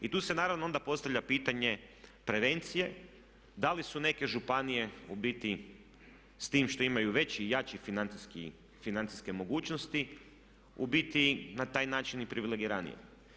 I tu se naravno onda postavlja pitanje prevencije da li su neke županije u biti s time što imaju veće i jače financijske mogućnosti u biti na taj način i privilegiranije.